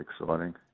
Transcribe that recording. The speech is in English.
exciting